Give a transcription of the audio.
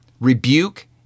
Rebuke